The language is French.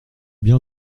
bien